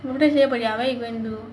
birthday பையா:paiyaa what you going to do